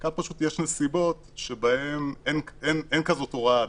כאן פשוט יש נסיבות שבהן אין הוראה כזו, עדיין,